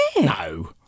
No